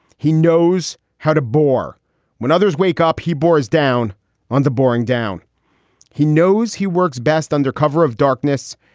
he knows how to bore when others wake up. he bores down on the boring down he knows he works best under cover of darkness.